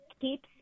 keeps